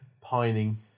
pining